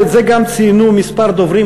ואת גם ציינו כמה דוברים,